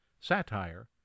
satire